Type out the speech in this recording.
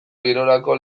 girorako